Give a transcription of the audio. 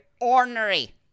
ornery